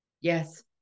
Yes